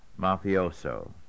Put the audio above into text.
mafioso